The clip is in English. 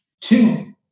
two